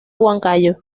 huancayo